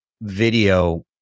video